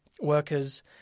workers